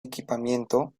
equipamiento